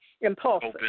Impulsive